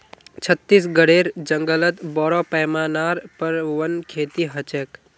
छत्तीसगढेर जंगलत बोरो पैमानार पर वन खेती ह छेक